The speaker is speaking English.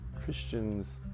Christians